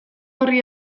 horri